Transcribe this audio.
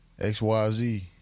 XYZ